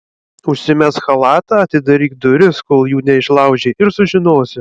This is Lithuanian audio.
užsimesk chalatą atidaryk duris kol jų neišlaužė ir sužinosi